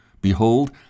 Behold